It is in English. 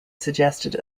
suggested